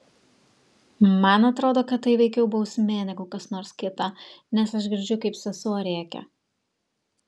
man atrodo kad tai veikiau bausmė negu kas nors kita nes aš girdžiu kaip sesuo rėkia